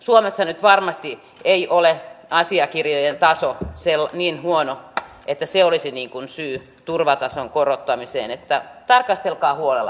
suomessa nyt varmasti ei ole asiakirjojen taso niin huono että se olisi syy turvatason korottamiseen niin että tarkastelkaa huolella tämä asia